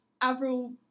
Avril